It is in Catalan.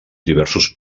diversos